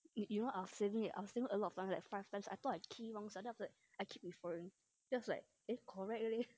you know I was saving it a lot of times like five times I thought I key wrong sia then after that I keep referring just like eh correct eh